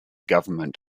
government